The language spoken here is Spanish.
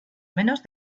menos